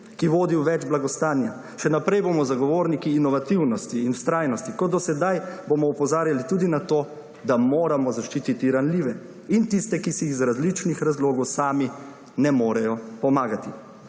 ki vodi v več blagostanja. Še naprej bomo zagovorniki inovativnosti in vztrajnosti. Kot do sedaj, bomo opozarjali tudi na to, da moramo zaščititi ranljive in tiste, ki si iz različnih razlogov sami ne morejo pomagati.